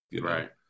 right